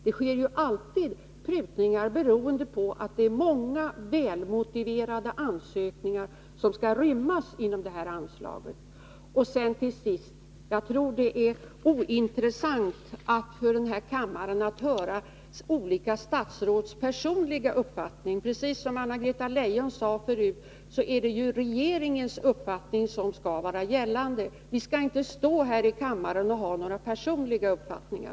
Det sker alltid prutningar, beroende på att det är många välmotiverade ansökningar som skall tillgodoses inom det här anslaget. Till sist vill jag säga att jag tror att det är ointressant för kammaren att höra olika statsråds personliga uppfattning. Som Anna-Greta Leijon tidigare sade är det ju regeringens uppfattning som skall vara gällande. Vi skall inte stå här i kammaren och tillkännage några personliga uppfattningar.